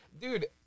dude